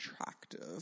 attractive